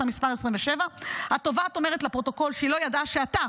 אתה מספר 27. התובעת אומרת לפרוטוקול שהיא לא ידעה שאתה,